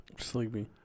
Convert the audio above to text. Sleepy